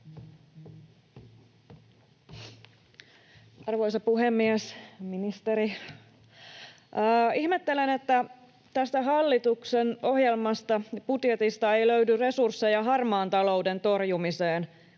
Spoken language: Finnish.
Arvoisa puhemies! Ministeri! Ihmettelen, että tästä hallituksen ohjelmasta ja budjetista ei löydy resursseja harmaan talouden torjumiseen,